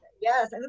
Yes